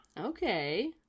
Okay